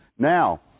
Now